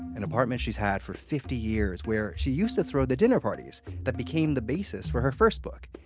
an apartment she's had for fifty years, where she used to throw the dinner parties that became the basis for her first book,